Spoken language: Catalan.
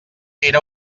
era